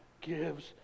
gives